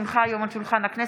כי הונחה היום על שולחן הכנסת,